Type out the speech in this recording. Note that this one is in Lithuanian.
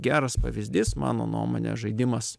geras pavyzdys mano nuomone žaidimas